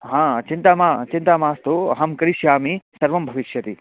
हा चिन्ता मा चिन्ता मास्तु अहं करिष्यामि सर्वं भविष्यति